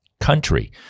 country